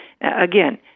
Again